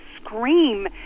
scream